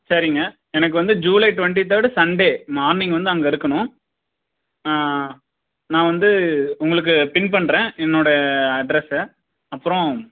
சரிங்க எனக்கு வந்து July twenty third Sunday morning வந்து அங்கே இருக்கணும் நான் வந்து உங்களுக்கு பின் பண்ணுறேன் என்னோட அட்ரஸ் அப்புறோம்